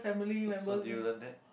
so so do you learn that